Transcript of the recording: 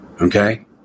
Okay